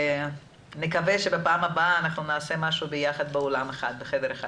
נקווה שבפעם הבאה נעשה משהו ביחד בחדר אחד.